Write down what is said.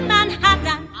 Manhattan